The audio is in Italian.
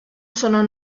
sono